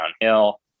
downhill